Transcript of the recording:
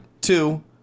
Two